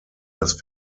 das